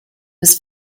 was